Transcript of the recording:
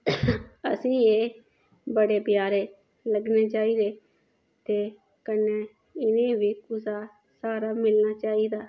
असेंगी एह् बडे़ प्यारे लग्गने चाहिदे ते कन्नै इ'नेंगी बी कुसै दा स्हारा मिलना चाहिदा